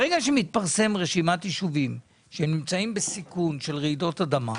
ברגע שמתפרסמת רשימת ישובים שנמצאים בסיכון לרעידות אדמה,